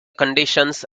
conditions